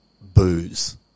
booze